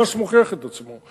ממש מוכיח את עצמו.